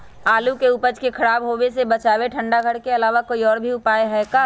आलू के उपज के खराब होवे से बचाबे ठंडा घर के अलावा कोई और भी उपाय है का?